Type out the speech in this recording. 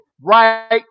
right